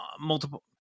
multiple